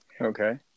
Okay